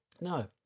No